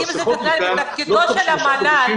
האם זה תפקידו של המל"ל?